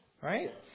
right